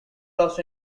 lost